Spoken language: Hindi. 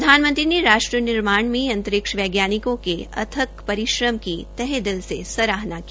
प्रधानमंत्री ने राष्ट्र निर्माण में अंतरिक्ष वैज्ञानिकों के अथक परिश्रम की तहे दिल से सराहना की